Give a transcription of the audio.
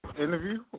interview